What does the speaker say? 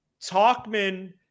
Talkman